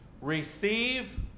receive